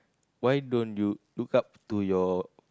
why don't you look up to your